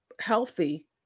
healthy